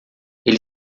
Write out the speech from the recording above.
ele